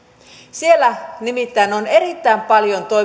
siellä nimittäin on erittäin paljon